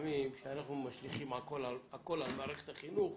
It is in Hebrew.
כשאנחנו משליכים הכול על מערכת החינוך,